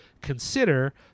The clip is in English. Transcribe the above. consider